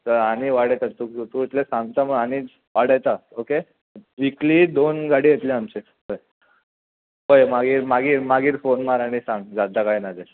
आनी वाडयता तूं तूं इतलें सांगता म्हण आनी वाडयता ओके विकली दोन गाडी येतल्यो आमचे पळय पळय मागीर मागीर मागीर फोन मार आनी सांग जाता काय ना तें